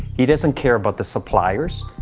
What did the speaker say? he doesn't care about the suppliers.